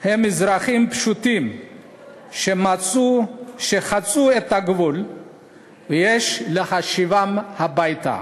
הם אזרחים פשוטים שחצו את הגבול ויש להשיבם הביתה.